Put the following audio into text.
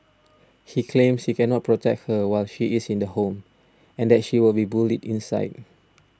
he claims he cannot protect her while she is in the home and that she would be bullied inside